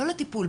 לא לטיפול,